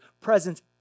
presence